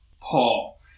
Paul